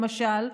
למשל,